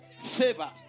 favor